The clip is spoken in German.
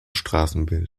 straßenbild